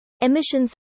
emissions